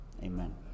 amen